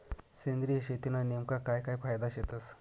सेंद्रिय शेतीना नेमका काय काय फायदा शेतस?